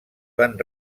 van